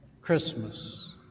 Christmas